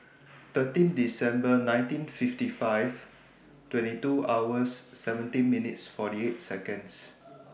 thirteen December nineteen fifty five twenty two hours seventeen minutes forty eight Seconds